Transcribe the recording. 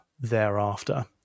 thereafter